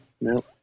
no